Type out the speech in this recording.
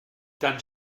dann